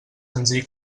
senzill